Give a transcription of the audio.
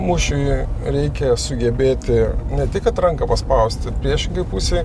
mūšiui reikia sugebėti ne tik kad ranką paspausti priešingai pusei